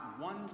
one